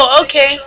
okay